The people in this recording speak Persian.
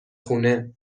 خونه